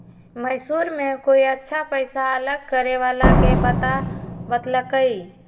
मैसूर में कोई अच्छा पैसा अलग करे वाला के पता बतल कई